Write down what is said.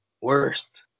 worst